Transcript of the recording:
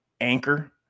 anchor